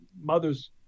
mother's